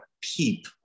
peep